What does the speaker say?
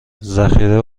ذخیره